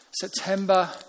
September